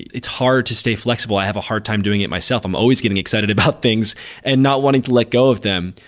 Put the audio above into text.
it's hard to stay flexible. i have a hard time doing it myself. i'm always getting excited about things and not wanting to let go of them.